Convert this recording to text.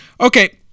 Okay